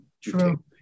True